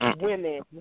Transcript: women